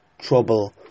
trouble